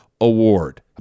Award